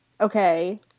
Okay